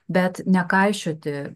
bet nekaišioti